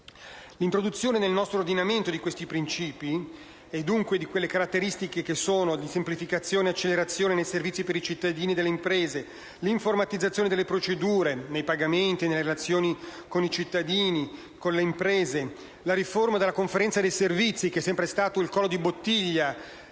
L'introduzione nel nostro ordinamento di questi principi comporta dunque l'introduzione delle caratteristiche di semplificazione e di accelerazione dei servizi per i cittadini e le imprese, l'informatizzazione delle procedure nei pagamenti e nelle relazioni con i cittadini e le imprese, la riforma della conferenza dei servizi - che è sempre stato il collo di bottiglia